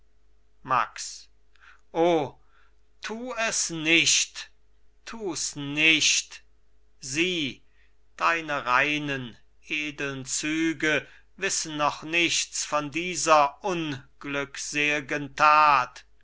max o tu es nicht tus nicht sieh deine reinen edeln züge wissen noch nichts von dieser unglückselgen tat